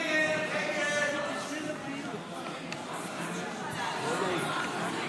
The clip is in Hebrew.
בדבר תוספת תקציב לא נתקבלו.